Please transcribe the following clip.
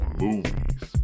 movies